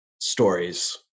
stories